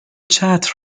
چتر